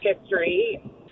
history